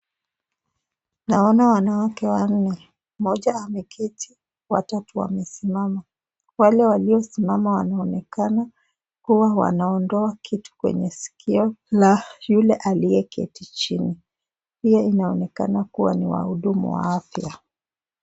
Naona wanawake wanne, mmoja ameketi, watatu wamesimama, wale walio simama wanaonekana, kuwa wanaondoa kitu kwenye dikio la yule aliyeketi chini, pia inaonekana ni wahudumu wa afya.